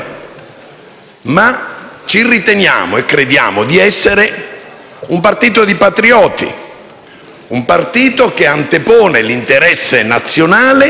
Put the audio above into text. Ma ci riteniamo e crediamo di essere un partito di patrioti, un partito che antepone l'interesse nazionale